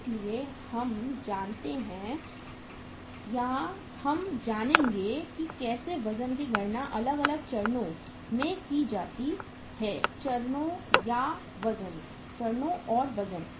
इसलिए हम जानते हैं या हम जानेंगे कि कैसे वज़न की गणना अलग अलग चरणों में की जाती है चरणों और वजन